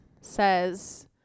says